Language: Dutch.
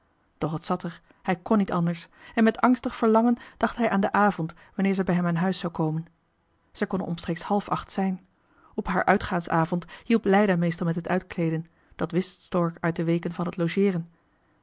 doch het zat er hij kon niet johan de meester de zonde in het deftige dorp anders en met angstig verlangen dacht hij aan den avond wanneer zij bij hem aan huis zou komen zij kon er omstreeks half acht zijn op haar uitgaansavond hielp leida meestal met het uitkleeden dat wist stork uit de weken van het logeeren